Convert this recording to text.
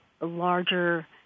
larger